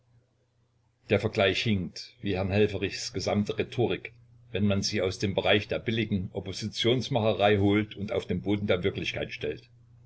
der vergleich hinkt wie herrn helfferichs gesamte rhetorik wenn man sie aus dem bereich der billigen oppositionsmacherei holt und auf den boden der wirklichkeit stellt